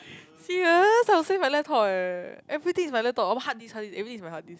serious I will save my laptop eh everything is in my laptop oh hard disk hard disk everything is in my hard disk